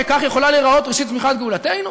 הרי כך יכולה להיראות ראשית צמיחת גאולתנו?